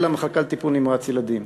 למחלקה לטיפול נמרץ ילדים.